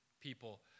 people